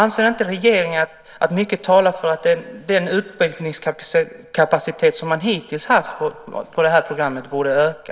Anser inte regeringen att mycket talar för att den utbildningskapacitet som man hittills haft för programmet borde öka?